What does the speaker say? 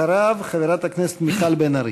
אחריו חברת הכנסת מירב בן ארי.